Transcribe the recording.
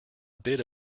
bit